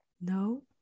No